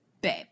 babe